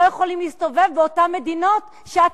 לא יכולים להסתובב באותן מדינות שאת